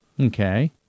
Okay